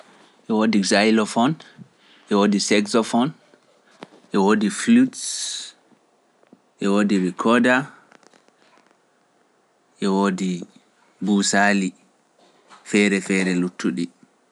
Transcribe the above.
E woodi Xylophone, e woodi Sexophone, e woodi flutes, e woodi rekooda, e woodi buusaali feere-feere luttuɗi.